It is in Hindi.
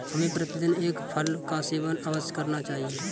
हमें प्रतिदिन एक फल का सेवन अवश्य करना चाहिए